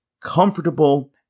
comfortable